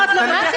למה את לא מתעקשת?